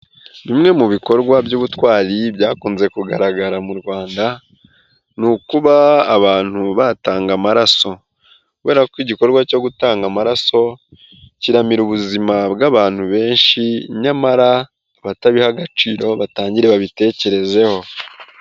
Bimwe mu bikorwa by'ubutwari byakunze kugaragara mu Rwanda, ni ukuba abantu batanga amaraso kubera ko igikorwa cyo gutanga amaraso kiramira ubuzima bw'abantu benshi, nyamara abatabiha agaciro batangire babitekerezeho.